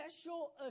special